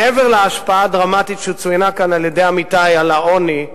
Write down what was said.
מעבר להשפעה הדרמטית שצוינה כאן על-ידי עמיתי על העוני,